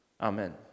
Amen